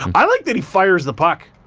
um i like that he fires the puck.